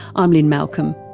i'm lynne malcolm.